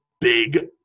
big